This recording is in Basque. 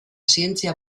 zientzia